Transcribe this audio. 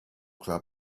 club